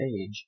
age